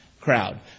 crowd